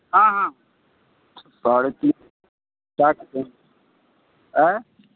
हाँ हाँ साढ़े तीन क्या करें आएँ